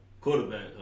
Quarterback